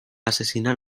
asesinar